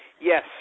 Yes